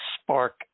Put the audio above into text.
spark